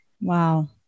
Wow